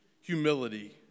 humility